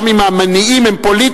גם אם המניעים הם פוליטיים,